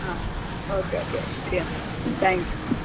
ആ okay okay ശരി എന്നാൽ താങ്ക് യു